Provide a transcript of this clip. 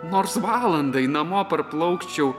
nors valandai namo parplaukčiau